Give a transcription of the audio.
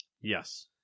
Yes